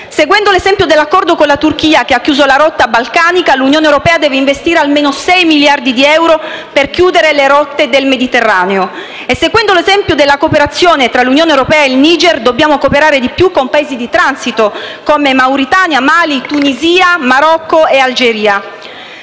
Seguendo l'esempio dell'accordo con la Turchia che ha chiuso la rotta balcanica, l'Unione europea deve investire almeno sei miliardi di euro per chiudere le rotte del Mediterraneo e seguendo l'esempio della cooperazione tra l'Unione europea e il Niger, dobbiamo cooperare di più con Paesi di transito come Mauritania, Mali, Tunisia, Marocco e Algeria.